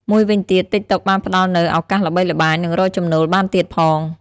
មួយវិញទៀត ទីកតុក បានផ្តល់នូវ ឱកាសល្បីល្បាញ និងរកចំណូលបានទៀតផង។